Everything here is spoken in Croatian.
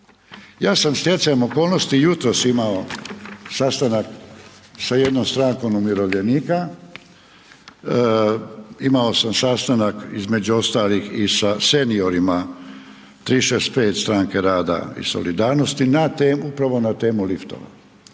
Ja sam stjecajem okolnosti jutros imao sastanak sa jednom strankom umirovljenika, imao sam sastanak između ostalih i sa seniorima 365 Stranke rada i solidarnosti, na temu upravo na temu liftova.